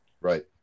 Right